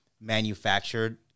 manufactured